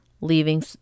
leaving